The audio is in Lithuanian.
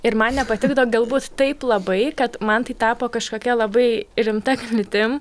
ir man nepatikdavo galbūt taip labai kad man tai tapo kažkokia labai rimta kliūtim